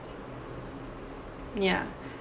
yeah